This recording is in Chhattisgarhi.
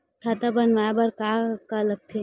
खाता बनवाय बर का का लगथे?